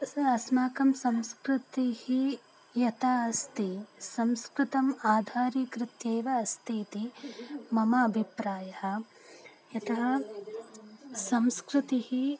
सा अस्माकं संस्कृतिः यथा अस्ति संस्कृतम् आधारीकृत्य एव अस्ति इति मम अभिप्रायः यतः संस्कृतिः